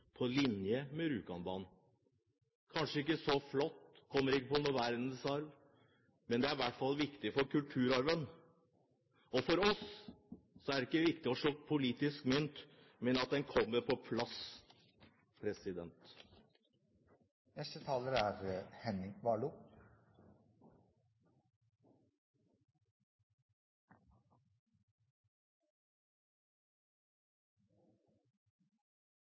på linje med Rjukanbanen. Den er kanskje ikke så flott og kommer ikke på noen verdensarvliste, men den er i hvert fall viktig for kulturarven. For oss er det ikke viktig å slå politisk mynt, men at den kommer på plass.